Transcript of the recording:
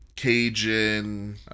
Cajun